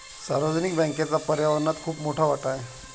सार्वजनिक बँकेचा पर्यावरणात खूप मोठा वाटा आहे